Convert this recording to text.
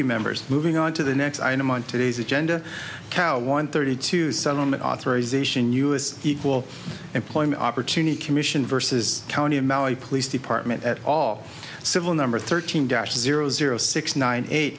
you members moving on to the next item on today's genda cow one thirty two settlement authorization u s equal employment opportunity commission verses county of maui police department at all civil number thirteen dash zero zero six nine eight